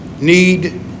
need